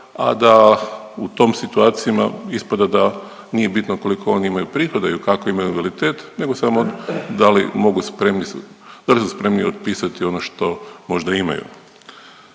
a da u tom situacijama ispada da nije bitno koliko oni imaju prihode i kakav imaju invaliditet nego samo da li su spremni otpisati ono što možda imaju.